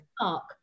Park